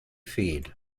feed